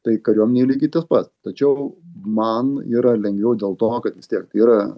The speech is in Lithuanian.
tai kariuomenėj lygiai tas pat tačiau man yra lengviau dėl to kad vis tiek tai yra